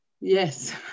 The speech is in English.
Yes